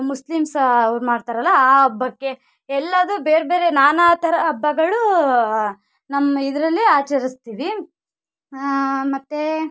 Muslims ಅವ್ರು ಮಾಡ್ತಾರಲ್ಲ ಆ ಹಬ್ಬಕ್ಕೆ ಎಲ್ಲವು ಬೇರೆ ಬೇರೆ ನಾನಾ ಥರ ಹಬ್ಬಗಳೂ ನಮ್ಮ ಇದರಲ್ಲಿ ಆಚರಿಸ್ತೀವಿ ಮತ್ತು